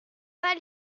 pas